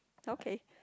okay